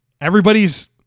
Everybody's